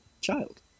child